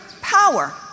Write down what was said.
power